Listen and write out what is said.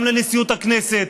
וגם לנשיאות הכנסת,